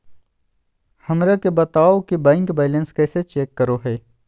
हमरा के बताओ कि बैंक बैलेंस कैसे चेक करो है?